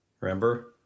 Remember